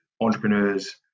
entrepreneurs